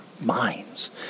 minds